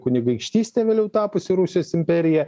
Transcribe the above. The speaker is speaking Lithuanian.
kunigaikštystė vėliau tapusi rusijos imperija